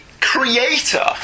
creator